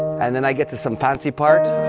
and then, i get to some fancy part.